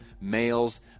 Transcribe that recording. males